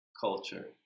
culture